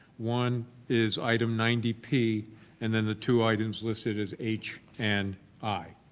one is item ninety p and then the two items listed as h and i.